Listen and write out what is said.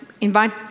invite